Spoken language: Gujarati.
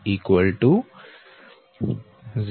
0013